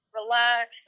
relax